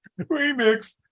remix